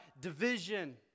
division